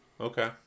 Okay